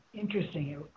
interesting